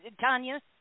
Tanya